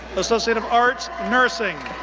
associate of arts, nursing.